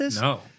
No